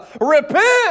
Repent